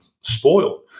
spoiled